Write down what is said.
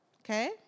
Okay